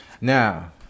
Now